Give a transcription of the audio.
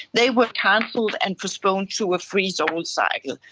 they were cancelled and postponed to a freeze-all cycle.